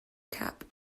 cap